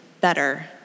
better